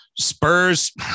Spurs